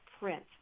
print